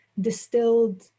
distilled